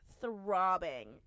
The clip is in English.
throbbing